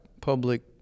public